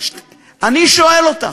אני שואל אותך.